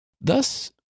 Thus